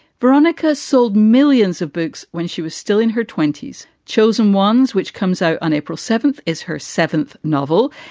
veronicas sold millions of books when she was still in her twenty s. chosen ones, which comes out on april seventh, is her seventh novel,